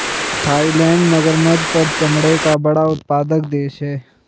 Thailand मगरमच्छ पर चमड़े का बड़ा उत्पादक देश है